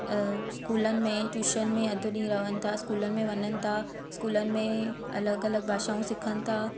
स्कूलनि में ट्यूशन में अधु ॾींहुं रहनि था स्कूलनि में वञनि था अलॻि अलॻि भाषाऊं सिखनि था